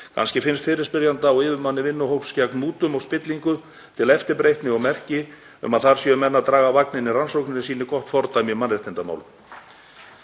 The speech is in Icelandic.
Kannski finnst fyrirspyrjanda og yfirmanni vinnuhóps gegn mútum og spillingu það til eftirbreytni og merki um að þar séu menn að draga vagninn í rannsókninni og sýni gott fordæmi í mannréttindamálum.